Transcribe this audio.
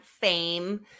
fame